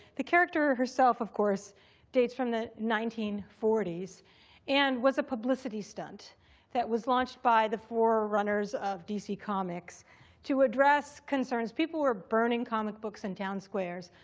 the character herself of course dates from the nineteen forty s and was a publicity stunt that was launched by the forerunners of dc comics to address concerns. people were burning comic books in town squares.